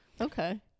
Okay